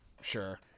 Sure